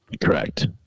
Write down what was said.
Correct